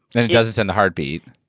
then, it doesn't send the heartbeat.